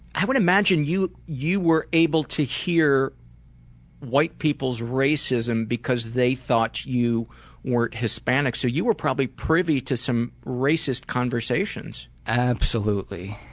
i would imagine you you were able to hear white people's racism because they thought you weren't hispanic. so you were probably privy to racist conversations? absolutely.